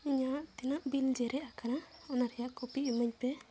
ᱤᱧᱟᱹᱜ ᱛᱤᱱᱟᱹᱜ ᱵᱤᱞ ᱡᱮᱨᱮᱫ ᱟᱠᱟᱱᱟ ᱚᱱᱟ ᱨᱮᱭᱟᱜ ᱠᱚᱯᱤ ᱤᱢᱟᱹᱧ ᱯᱮ